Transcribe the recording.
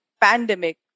pandemic